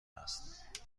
است